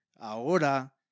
ahora